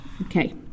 Okay